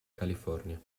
california